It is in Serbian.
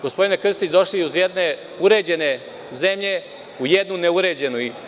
Gospodine Krstiću, došli iz jedne uređene zemlje u jednu neuređenu.